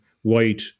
white